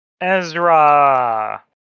Ezra